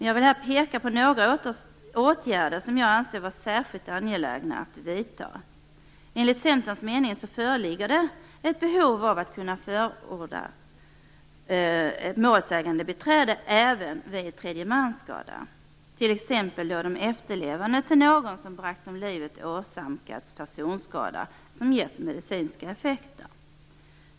Jag vill peka på några åtgärder som jag anser vara särskilt angelägna att vidta. Enligt Centerns mening föreligger det ett behov av att kunna förorda ett målsägandebiträde även vid tredjemansskada, t.ex. då de efterlevande till någon som bragts om livet åsamkats personskada som gett medicinska effekter.